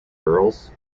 girls